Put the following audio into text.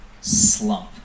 slump